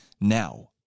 now